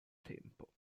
tempo